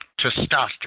testosterone